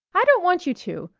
i don't want you to!